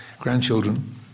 grandchildren